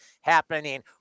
happening